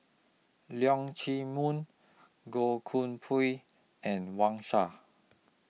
Leong Chee Mun Goh Koh Pui and Wang Sha